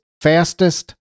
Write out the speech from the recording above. fastest